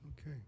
Okay